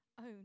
own